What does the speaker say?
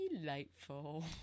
delightful